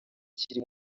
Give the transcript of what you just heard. kiri